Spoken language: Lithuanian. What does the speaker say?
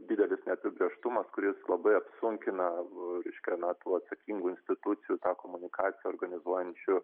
didelis neapibrėžtumas kuris labai apsunkina reiškia na tų atsakingų institucijų tą komunikaciją organizuojančių